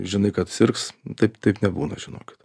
žinai kad sirgs taip taip nebūna žinokit